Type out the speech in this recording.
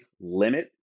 limit